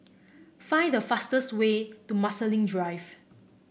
find the fastest way to Marsiling Drive